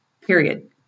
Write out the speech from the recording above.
period